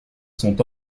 sont